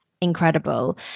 incredible